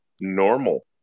normal